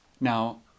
Now